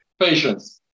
Patience